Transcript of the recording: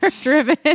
driven